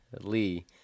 Lee